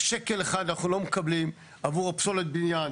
שקל אחד אנחנו לא מקבלים עבור פסולת בניין,